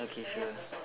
okay sure